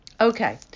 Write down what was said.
Okay